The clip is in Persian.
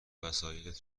وسایلت